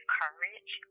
courage